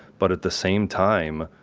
but at the same time,